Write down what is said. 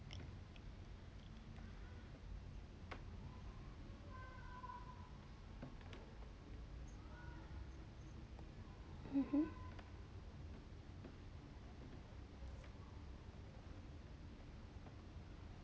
mmhmm